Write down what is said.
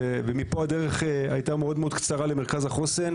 ומפה הדרך הייתה מאוד מאוד קצרה למרכז החוסן,